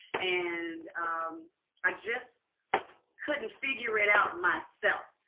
and i just couldn't figure it out myself.